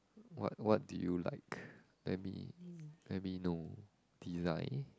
what what did you like let me let me know design